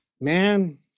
man